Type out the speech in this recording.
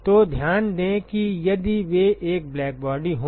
तो ध्यान दें कि यदि वे एक ब्लैक बॉडी हों